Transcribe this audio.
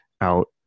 out